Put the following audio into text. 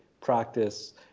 practice